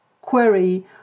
query